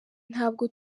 ntabwo